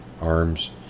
arms